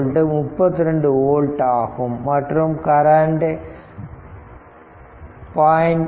2 32 old ஆகும் மற்றும் current 0